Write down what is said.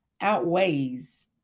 outweighs